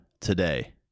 today